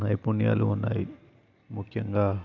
నైపుణ్యాలు ఉన్నాయి ముఖ్యంగా